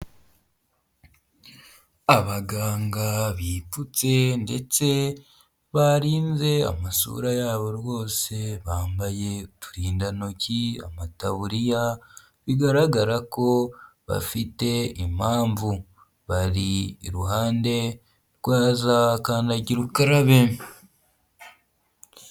Abaganga bipfutse ndetse barinze amasura yabo rwose, bambaye uturindantoki, amataburiya, bigaragara ko bafite impamvu, bari iruhande rwa zakandagira ukarabe.